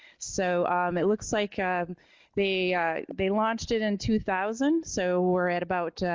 so um it looks like they they launched it in two thousand. so we're at about,